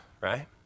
Right